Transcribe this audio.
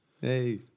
Hey